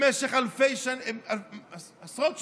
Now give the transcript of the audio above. במשך אלפי שנים, עשרות שנים,